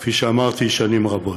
כפי שאמרתי, שנים רבות.